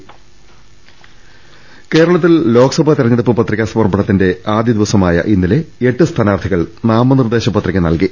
ൾ ൽ ൾ കേരളത്തിൽ ലോക്സഭാ തെരഞ്ഞെടുപ്പ് പത്രികാ സമർപ്പണ ത്തിന്റെ ആദ്യ ദിവസമായ ഇന്നലെ എട്ട് സ്ഥാനാർത്ഥികൾ നാമ നിർദേശ പത്രിക നൽകി